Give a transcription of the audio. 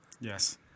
Yes